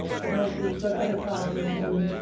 but when we go to other classes, in,